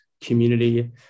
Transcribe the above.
community